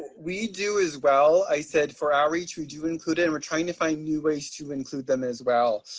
we do as well, i said for outreach, we do include it and we're trying to find new ways to include them, as well.